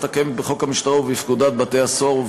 הקיימות בחוק המשטרה ובפקודת בתי-הסוהר,